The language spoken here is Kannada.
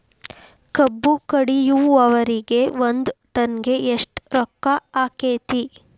ಕಬ್ಬು ಕಡಿಯುವರಿಗೆ ಒಂದ್ ಟನ್ ಗೆ ಎಷ್ಟ್ ರೊಕ್ಕ ಆಕ್ಕೆತಿ?